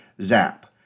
zap